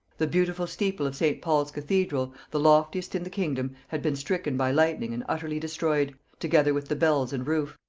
the beautiful steeple of st. paul's cathedral, the loftiest in the kingdom, had been stricken by lightning and utterly destroyed, together with the bells and roof.